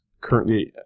currently